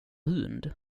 hund